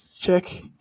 check